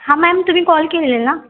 हां मॅम तुम्ही कॉल केलेला ना